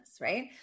right